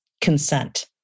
consent